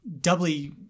doubly